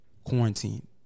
Quarantine